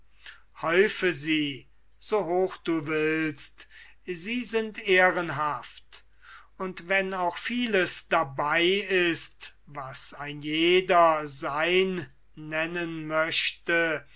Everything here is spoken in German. häufe sie so hoch du willst sie sind ehrenhaft und wenn auch vieles dabei ist was ein jeder sein nennen möchte